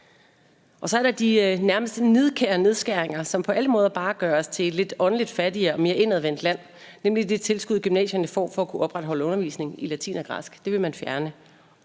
Så er der de nærmest nidkære nedskæringer, som på alle måder bare gør os til et lidt åndeligt fattigere og mere indadvendt land, nemlig det tilskud, gymnasierne får for at kunne opretholde undervisningen i latin og græsk. Det vil man fjerne.